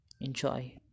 enjoy